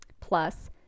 plus